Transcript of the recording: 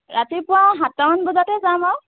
ৰাতিপুৱা সাতটামান বজাতে যাম